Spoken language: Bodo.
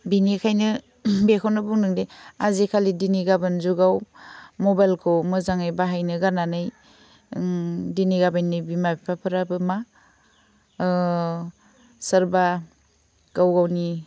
बेनिखायनो बेखौनो बुंदोंदि आजिखालि दिनै गाबोन जुगाव मबाइल खौ मोजाङै बाहायनो गारनानै उम दिनै गाबोननि बिमा बिफाफ्राबो मा ओह सोरबा गावगावनि